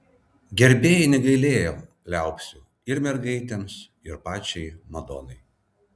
gerbėjai negailėjo liaupsių ir mergaitėms ir pačiai madonai